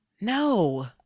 no